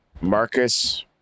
marcus